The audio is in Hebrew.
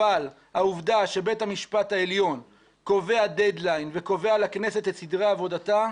אבל העובדה שבית המשפט העליון קובע דד ליין וקובע לכנסת את סדרי עבודתה,